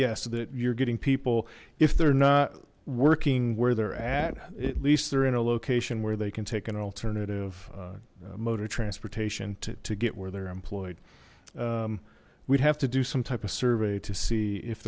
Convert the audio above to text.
yes that you're getting people if they're not working where they're at at least they're in a location where they can take an alternative mode of transportation to get where they're employed we'd have to do some type of survey to see if